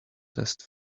test